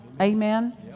Amen